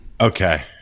okay